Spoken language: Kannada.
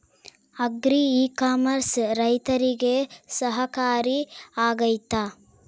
ಅಗ್ರಿ ಇ ಕಾಮರ್ಸ್ ರೈತರಿಗೆ ಸಹಕಾರಿ ಆಗ್ತೈತಾ?